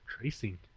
tracing